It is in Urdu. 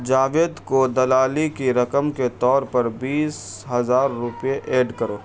جاوید کو دلالی کی رقم کے طور پر بیس ہزار روپے ایڈ کرو